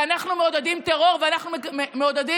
כי אנחנו מעודדים טרור ואנחנו מעודדים